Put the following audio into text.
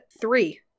three